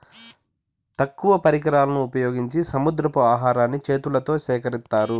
తక్కువ పరికరాలను ఉపయోగించి సముద్రపు ఆహారాన్ని చేతులతో సేకరిత్తారు